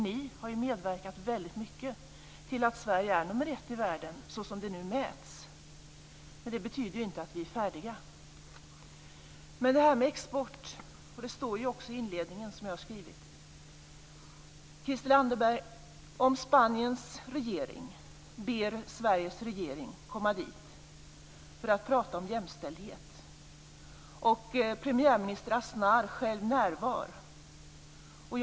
Ni har medverkat väldigt mycket till att Sverige är nummer ett i världen, så som det nu mäts. Men det betyder inte att vi är färdiga. Jag vill ta upp det som sades om export. Det står också i inledningen, som jag har skrivit. Spaniens regering ber Sveriges regering att komma till Spanien för att prata om jämställdhet, Christel Anderberg, och premiärminister Aznar själv närvarar.